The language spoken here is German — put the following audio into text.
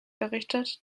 berichtet